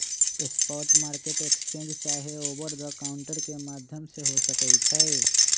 spot market exchange चाहे over the counter के माध्यम से हो सकइ छइ